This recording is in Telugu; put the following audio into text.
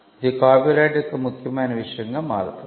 ఇది కాపీరైట్కు ముఖ్యమైన విషయంగా మారుతుంది